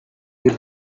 you